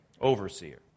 overseer